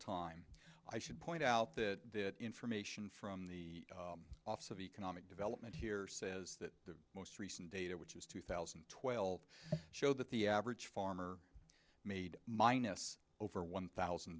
time i should point out that information from the office of economic development here says that the most recent data which is two thousand and twelve showed that the average farmer made minus over one thousand